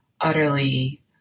utterly